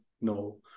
no